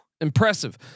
impressive